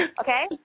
Okay